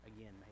again